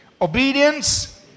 obedience